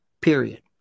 period